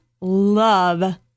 love